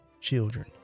children